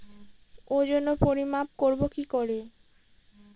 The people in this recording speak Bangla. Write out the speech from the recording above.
ওজন ও পরিমাপ করব কি করে?